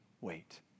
wait